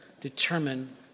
determine